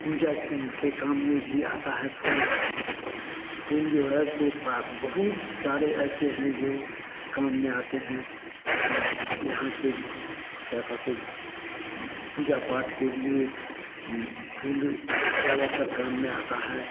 पूजा के काम में भी आता है फूल फूल जो है सो सा बहुत सारे ऐसे हैं जो काम में आते हैं यहाँ से क्या कहते पूजा पाठ के लिए फूल ज़्यादातर काम में आता है